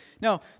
Now